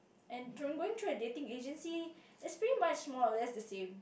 and through going through a dating agency is pretty much more or less the same